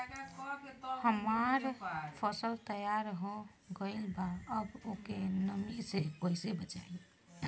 हमार फसल तैयार हो गएल बा अब ओके नमी से कइसे बचाई?